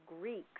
Greeks